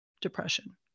depression